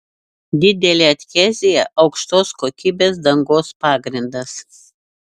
didelė adhezija aukštos kokybės dangos pagrindas